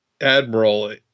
Admiral